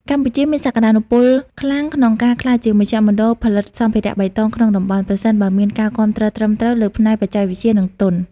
កម្ពុជាមានសក្ដានុពលខ្លាំងក្នុងការក្លាយជាមជ្ឈមណ្ឌលផលិតសម្ភារៈបៃតងក្នុងតំបន់ ប្រសិនបើមានការគាំទ្រត្រឹមត្រូវលើផ្នែកបច្ចេកវិទ្យា និងទុន។